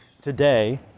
today